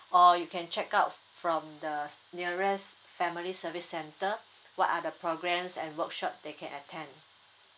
or you can check out f~ from the s~ nearest family service centre what are the programs and workshop they can attend